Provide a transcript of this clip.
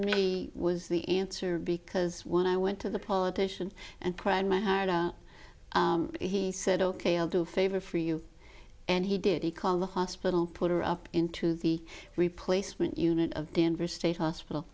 me was the answer because when i went to the politician and cried my heart out he said ok i'll do favor for you and he did he called the hospital put her up into the replacement unit of denver state hospital